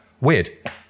weird